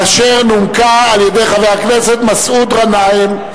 אשר נומקה על-ידי חבר הכנסת מסעוד גנאים.